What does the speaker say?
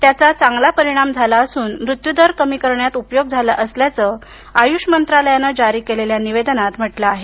त्याचा चांगला परिणाम झाला असून मृत्यूदर कमी करण्यात उपयोग झाला असल्याचं आयुष मंत्रालयानं जारी केलेल्या निवेदनात म्हटलं आहे